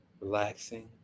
relaxing